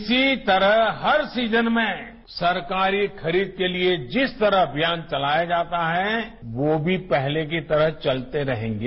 इसी तरह हर सीजन में सरकारी खरीद के लिए जिस तरह अभियान चलाया जाता है वो भी पहले की तरह चलते रहेंगे